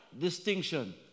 distinction